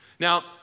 Now